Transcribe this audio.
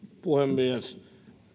puhemies